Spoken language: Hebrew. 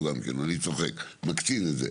אני צוחק, מקצין את זה.